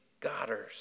godders